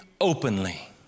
openly